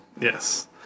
Yes